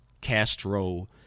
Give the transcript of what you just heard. Castro